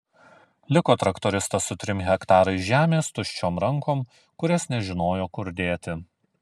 liko traktoristas su trim hektarais žemės tuščiom rankom kurias nežinojo kur dėti